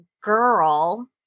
girl